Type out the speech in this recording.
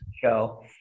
show